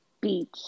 Beach